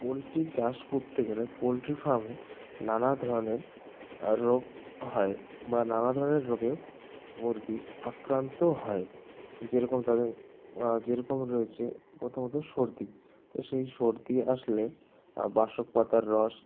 poultry চাষ করতে গেলে পোলট্রি ফার্মে নানা ধরনের রোগ হয় বা নানা ধরনের রোগে মুরগি আক্রান্ত হয় যেরকম তাদের যেরকম রয়েছে প্রথমত সর্দি তো সেই সর্দি আসলে বাসক পাতার রস